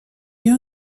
wir